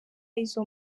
izo